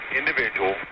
individual